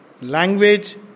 language